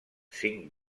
cinc